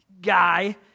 Guy